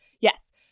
Yes